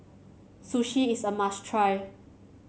sushi is a must try